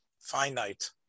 finite